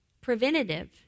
Preventative